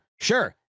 Sure